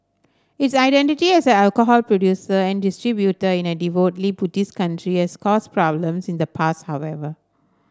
its identity as an alcohol producer and distributor in a devoutly Buddhist country has caused problems in the past however